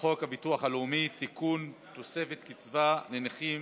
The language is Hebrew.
הינני מתכבדת להודיעכם,